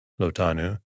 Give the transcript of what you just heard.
Lotanu